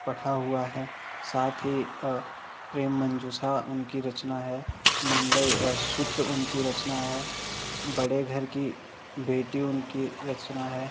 पढ़ा हुआ है साथ ही प्रेम मंजूषा उनकी रचना है मंगलसूत्र उनकी रचना है बड़े घर की बेटी उनकी रचना है